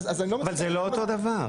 אבל זה לא אותו הדבר.